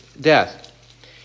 death